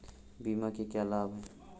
बीमा के क्या लाभ हैं?